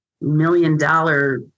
million-dollar